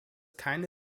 keine